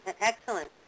Excellent